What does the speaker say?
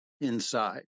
inside